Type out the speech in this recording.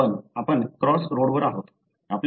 पण आपण क्रॉस रोडवर आहोत